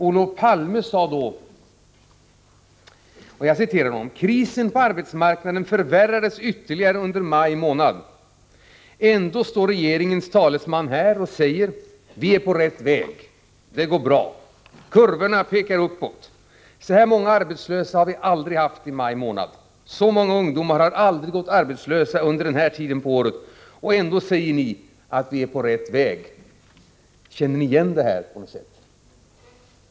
Olof Palme sade då: ”Krisen på arbetsmarknaden förvärrades ytterligare under maj månad. Ändå står regeringens talesman här och säger: Vi är på rätt väg. Det går bra. Kurvorna pekar uppåt. Så här många arbetslösa har vi aldrig haft i maj månad. Så många ungdomar har aldrig gått arbetslösa under den här tiden på året. Och ändå säger ni att vi är på rätt väg.” Känner ni igen det?